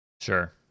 Sure